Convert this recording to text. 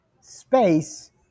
space